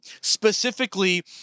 specifically